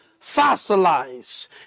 fossilize